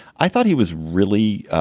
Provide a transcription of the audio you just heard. i thought he was really